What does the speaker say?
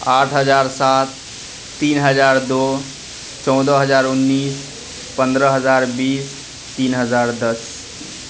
آٹھ ہزار سات تین ہزار دو چودہ ہزار انیس پندرہ ہزار بیس تین ہزار دس